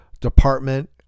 department